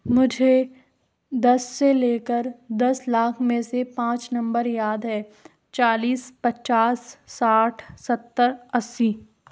मुझे दस से ले कर दस लाख में से पाँच नम्बर याद है चालीस पच्चास साठ सत्तर अस्सी